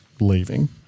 leaving